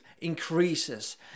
increases